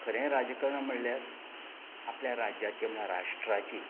खरें राज्यकरण म्हणल्यार आपल्या राज्यांचें म्हणल्यार राष्ट्राची